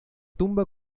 tumba